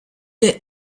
est